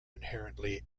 inherently